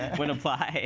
when applied.